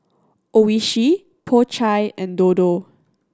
Oishi Po Chai and Dodo